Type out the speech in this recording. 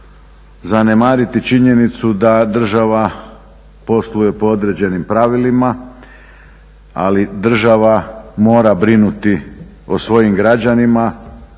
zanemariti činjenicu da država posluje po određenim pravilima, ali država mora brinuti o svojim građanima